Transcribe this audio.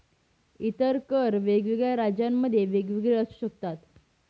इतर कर वेगवेगळ्या राज्यांमध्ये वेगवेगळे असू शकतात